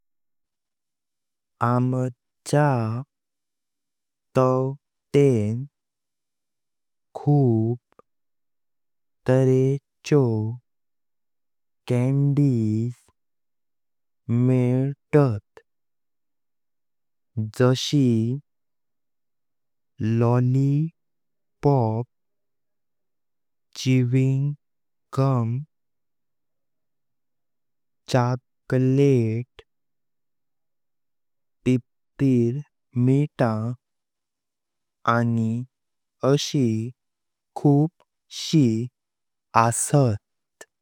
आमच्या तांवतेण खुयप तारेचो कँडीस मेल्तात जासी लोलिपॉप, चुईंग गम चाकलेट, पिपिरमिंटा, आनी अशीखूप शि असात।